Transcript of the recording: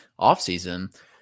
offseason